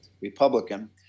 Republican